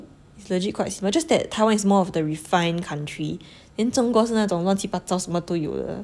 it's legit quite similar just that Taiwan is more of the refined country then 中国是那种乱七八糟什么都有的